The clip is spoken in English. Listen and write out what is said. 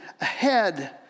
ahead